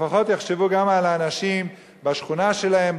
לפחות יחשבו גם על האנשים בשכונה שלהם,